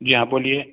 जी हाँ बोलिए